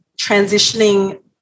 transitioning